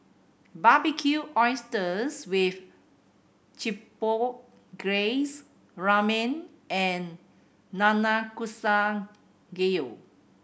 Barbecued Oysters with Chipotle Glaze Ramen and Nanakusa Gayu